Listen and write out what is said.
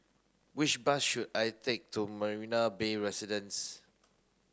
which bus should I take to Marina Bay Residences